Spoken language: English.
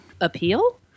appeal